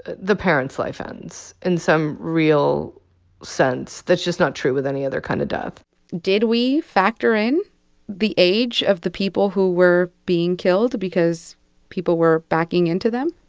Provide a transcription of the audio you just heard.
the parent's life ends, in some real sense. that's just not true with any other kind of death did we factor in the age of the people who were being killed because people were backing into them?